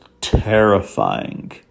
terrifying